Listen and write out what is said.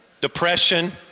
depression